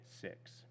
six